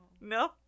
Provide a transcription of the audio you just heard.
no